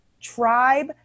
tribe